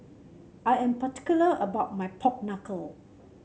I am particular about my Pork Knuckle